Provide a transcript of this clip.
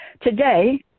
Today